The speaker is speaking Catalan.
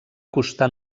costar